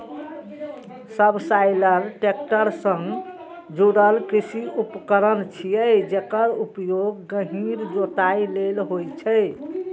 subsoiler tractor सं जुड़ल कृषि उपकरण छियै, जेकर उपयोग गहींर जोताइ लेल होइ छै